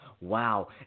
wow